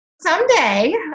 Someday